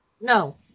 No